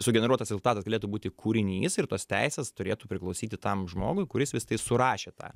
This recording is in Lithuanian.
sugeneruotas rezultatas galėtų būti kūrinys ir tos teisės turėtų priklausyti tam žmogui kuris visa tai surašė tą